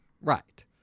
right